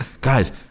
Guys